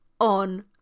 on